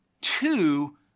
two